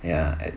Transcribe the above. ya at